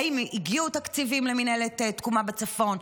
האם הגיעו תקציבים למינהלת תקומה בצפון?